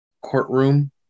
courtroom